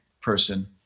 person